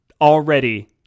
already